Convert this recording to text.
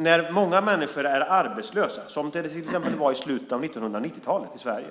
När många människor är arbetslösa, som till exempel i slutet av 1990-talet, är